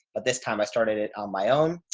but this time i started it on my own.